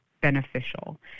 beneficial